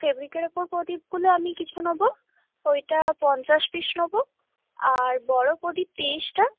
ফেব্রিকের ওপর প্রদীপগুলো আমি কিছু নেব ওইটা পঞ্চাশ পিস নেব আর বড় প্রদীপ ত্রিশটা